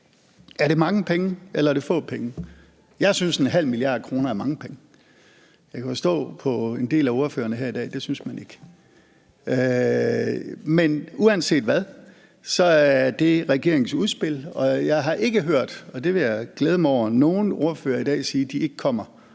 Er det mange penge, eller er det få penge? Jeg synes, en halv milliard kroner er mange penge. Jeg kunne forstå på en del af ordførerne her i dag, at det synes man ikke. Men uanset hvad, er det regeringens udspil, og jeg har ikke hørt, og det vil jeg glæde mig over, nogen ordførere i dag sige, at de ikke kommer